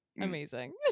amazing